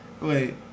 Wait